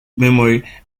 memory